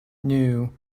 new